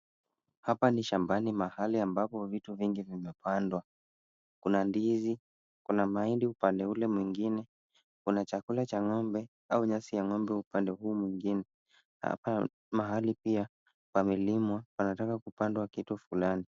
Hapa ni shambani mahali ambapo vitu vingi vimepandwa. Kuna ndizi, kuna mahindi upande ule mwingine, kuna chakula cha ng'ombe au nyasi ya ng'ombe upande huo mwingine. Hapa mahali pia pamelimwa, panataka kupandwa kitu fulani.